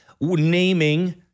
naming